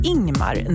Ingmar